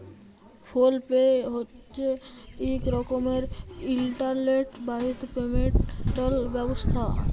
ফোল pay হছে ইক রকমের ইলটারলেট বাহিত পেমেলট ব্যবস্থা